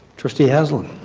trustee haslund?